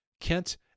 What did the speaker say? kent